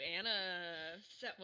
Anna